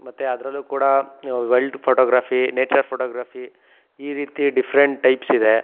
ಮತ್ತು ಅದರಲ್ಲೂ ಕೂಡ ವೈಲ್ಡ್ ಫೋಟೋಗ್ರಾಫಿ ನೇಚರ್ ಫೋಟೋಗ್ರಫಿ ಈ ರೀತಿ ಡಿಫ್ರೆಂಟ್ ಟೈಪ್ಸಿದೆ